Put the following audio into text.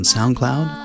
SoundCloud